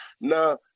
Now